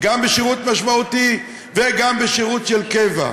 גם בשירות משמעותי וגם בשירות של קבע.